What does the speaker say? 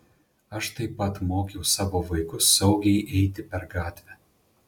aš taip pat mokiau savo vaikus saugiai eiti per gatvę